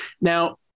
now